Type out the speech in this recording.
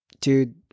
Dude